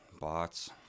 bots